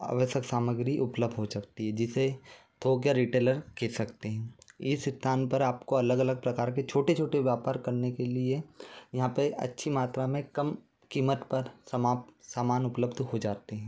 आवश्यक सामग्री उपलब्ध हो चकती है जिसे थोक या रिटेलर कह सकते हैं इस स्थान पर आपको अलग अलग प्रकार के छोटे छोटे व्यापार करने लिए यहाँ पे अच्छी मात्रा में कम कीमत पर सामान उपलब्ध हो जाते हैं